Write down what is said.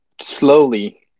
slowly